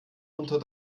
unter